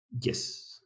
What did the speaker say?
yes